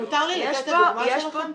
יש פה -- מותר לי לתת את הדוגמה שלכם פה?